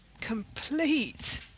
complete